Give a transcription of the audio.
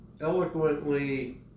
eloquently